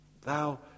thou